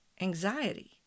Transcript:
anxiety